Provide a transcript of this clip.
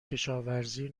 کشاورزی